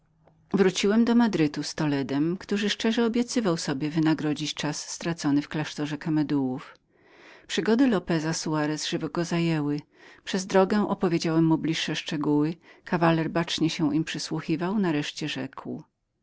wróciłem do madrytu z toledem który szczerze obiecywał sobie wynagrodzić czas stracony w klasztorze kamedułów przygody lopeza soarez żywo go zajęły przez drogę opowiedziałem mu bliższe szczegóły kawaler bacznie im się przysłuchiwał nareszcie rzekł